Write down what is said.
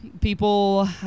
People